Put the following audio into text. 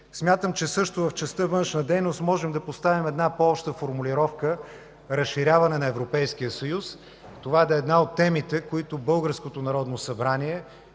Смятам също, че в частта „Външна дейност” можем да поставим една по-обща формулировка: „Разширяване на Европейския съюз”. Това да е една от темите, които българското Народно събрание